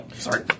Sorry